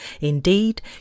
indeed